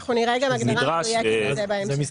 אנחנו נראה גם הגדרה מדויקת לזה בהמשך.